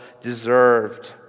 deserved